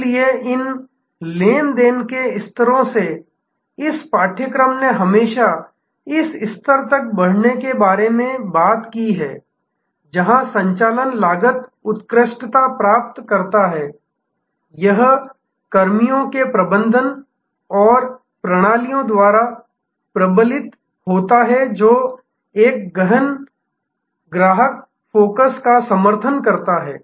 इसलिए इन लेन देन के स्तरों से इस पाठ्यक्रम ने हमेशा इस स्तर तक बढ़ने के बारे में बात की है जहां संचालन लगातार उत्कृष्टता प्राप्त करता है यह कर्मियों के प्रबंधन और प्रणाली द्वारा प्रबलित होता है जो एक गहन ग्राहक फोकस का समर्थन करता है